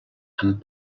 amb